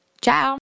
Ciao